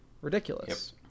ridiculous